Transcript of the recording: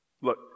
Look